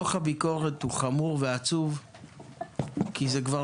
דוח הביקורת הוא חמור ועצוב כי זה כבר